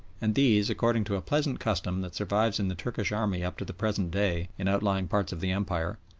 and these, according to a pleasant custom that survives in the turkish army up to the present day in outlying parts of the empire,